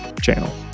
channel